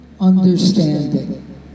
understanding